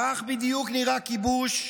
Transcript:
כך בדיוק נראה כיבוש,